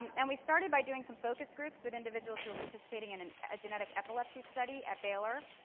and we started by doing some focus groups with individuals who were participating in and a genetic epilepsy study at baylor.